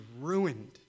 ruined